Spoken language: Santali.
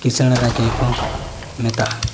ᱠᱩᱥᱟᱹᱬ ᱨᱟᱡᱽᱡᱚ ᱜᱮᱠᱚ ᱢᱮᱛᱟᱜᱼᱟ